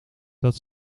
dat